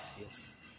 Yes